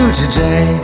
today